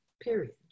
period